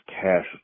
cash